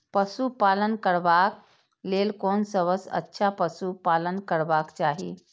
पशु पालन करबाक लेल कोन सबसँ अच्छा पशु पालन करबाक चाही?